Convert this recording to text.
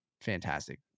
fantastic